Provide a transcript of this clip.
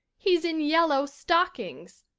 he's in yellow stockings.